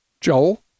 joel